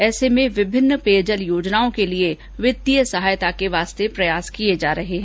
ऐसे में विभिन्न पेयजल योजनाओं के लिए वित्तीय सहायता के लिए प्रयास किए जा रहे हैं